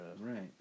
Right